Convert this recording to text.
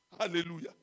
Hallelujah